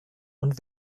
und